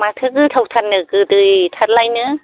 माथो गोथावथारनो गोदैथारलायनो